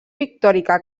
pictòrica